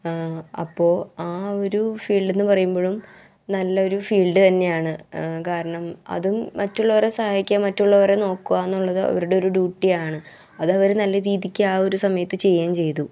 അപ്പോൾ ആ ഒരു ഫീൽഡെന്ന് പറയുമ്പഴും നല്ലൊരു ഫീൽഡ് തന്നെയാണ് കാരണം അതും മറ്റുള്ളവരെ സഹായിക്കുക മറ്റുള്ളവരെ നോക്കുക എന്നുള്ളത് അവരുടെ ഒരു ഡ്യൂട്ടിയാണ് അത് അവര് നല്ല രീതിക്ക് ആ ഒരു ആ ഒരു സമയത്ത് ചെയ്യുകയും ചെയ്തു